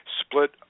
split